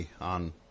on